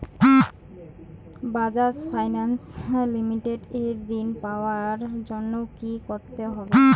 Bajaj Finance Limited এ ঋন পাওয়ার জন্য কি করতে হবে?